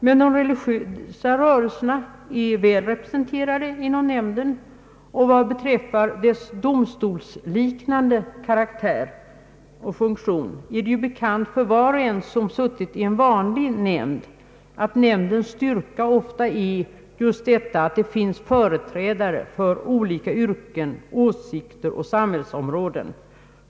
Men de religiösa rörelserna är väl representerade inom nämnden och vad beträffar dess domstolsliknande karaktär och funktion är det bekant för var och en som suttit i en vanlig nämnd att nämndens styrka ofta är just den att där finns företrädare för olika yrken, åsikter och samhällsområden.